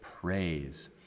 Praise